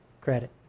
credit